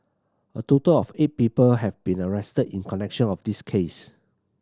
a total of eight people have been arrested in connection of this case